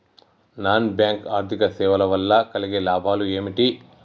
Non bank ఆర్థిక సేవల వల్ల కలిగే లాభాలు ఏమిటి?